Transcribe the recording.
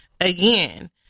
again